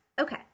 Okay